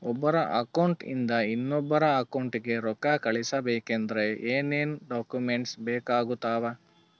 ಒಬ್ಬರ ಅಕೌಂಟ್ ಇಂದ ಇನ್ನೊಬ್ಬರ ಅಕೌಂಟಿಗೆ ರೊಕ್ಕ ಕಳಿಸಬೇಕಾದ್ರೆ ಏನೇನ್ ಡಾಕ್ಯೂಮೆಂಟ್ಸ್ ಬೇಕಾಗುತ್ತಾವ?